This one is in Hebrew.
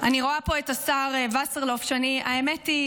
אני רואה פה את השר וסרלאוף, שהאמת היא